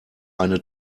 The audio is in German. eine